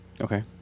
Okay